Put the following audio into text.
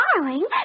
darling